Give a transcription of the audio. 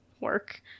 work